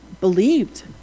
believed